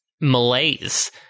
malaise